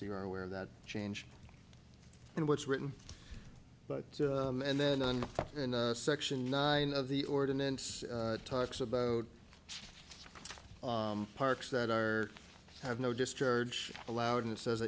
so you are aware of that change and what's written but and then on section nine of the ordinance talks about parks that are have no discharge allowed and it says